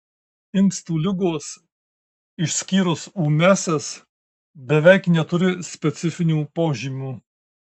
inkstų ligos išskyrus ūmiąsias beveik neturi specifinių požymių